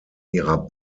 ihrer